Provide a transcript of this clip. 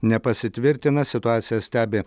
nepasitvirtina situaciją stebi